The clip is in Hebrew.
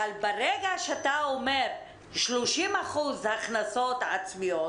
אבל ברגע שאתה אומר 30% הכנסות עצמיות,